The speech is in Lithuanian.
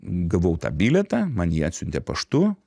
gavau tą bilietą man jį atsiuntė paštu